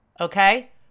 Okay